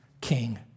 king